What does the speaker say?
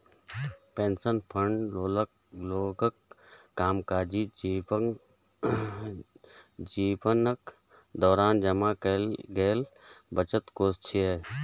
pension fund लोकक कामकाजी जीवनक दौरान जमा कैल गेल बचतक कोष छियै